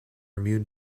immune